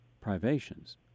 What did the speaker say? privations